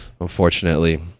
unfortunately